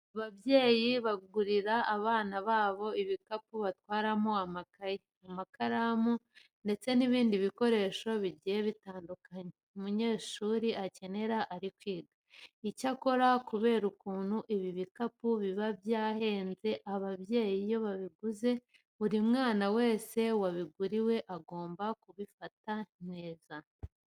Ababyeyi bagurira abana babo ibikapu batwaramo amakayi, amakaramu ndetse n'ibindi bikoresho bigiye bitandukanye umunyeshuri akenera iyo ari kwiga. Icyakora kubera ukuntu ibi bikapu biba byahenze ababyeyi iyo babiguze, buri mwana wese wabiguriwe agomba kubifata neza.